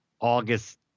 August